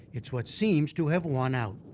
it's what seems to have won out.